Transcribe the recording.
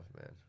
man